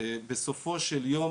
בסופו של יום